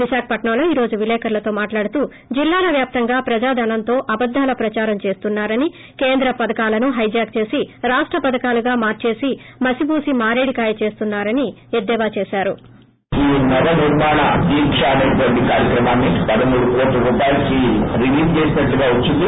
విశాఖపట్నంలో ఈ రోజు విలేకరులతో మాట్లాడుతూ జిల్లాల వ్యాప్తంగా ప్రజాధనంతో అబద్దాల ప్రదారం చేస్తున్నారని కేంద్ర పధకాలను హైజాక్ చేసీ రాష్ట పధకాలుగా మార్చేసి మసిబూసి మారేడికాయి చేస్తున్నా రని ఎద్దేవా చేశారు